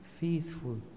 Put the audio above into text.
faithful